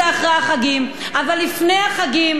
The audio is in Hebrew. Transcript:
אבל לפני החגים מעלים את מחירי הדלק,